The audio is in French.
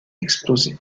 explosé